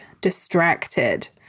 distracted